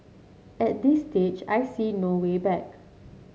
at this stage I see no way back